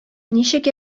ничек